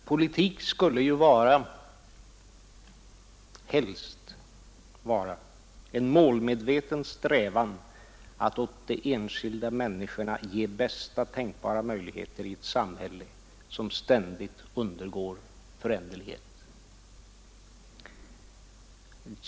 Politik skulle ju helst vara en målmedveten strävan att åt de enskilda människorna ge bästa tänkbara möjligheter i ett samhälle som ständigt undergår förändringar.